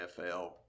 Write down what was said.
NFL